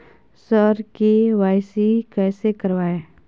sir KYC कैसे करवाएं